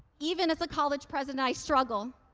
even as a college president, i struggle.